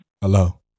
Hello